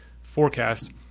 forecast